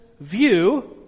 view